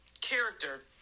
character